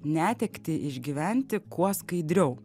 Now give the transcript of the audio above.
netektį išgyventi kuo skaidriau